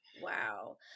Wow